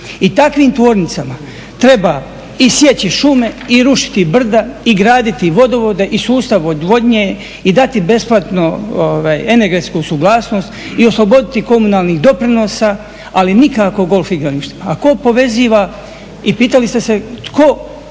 I takvim tvornicama treba i sjeći šume i rušiti brda i graditi vodovode i sustav odvodnje i dati besplatno energetsku suglasnost i osloboditi komunalnih doprinosa ali nikako golf igrališta. A tko poveziva i pitali ste se tko ovakav